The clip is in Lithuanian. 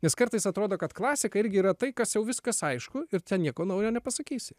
nes kartais atrodo kad klasika irgi yra tai kas jau viskas aišku ir ten nieko naujo nepasakysi